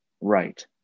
Right